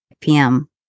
PM